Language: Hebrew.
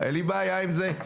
אין לי בעיה עם זה.